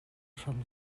hram